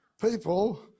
People